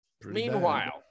Meanwhile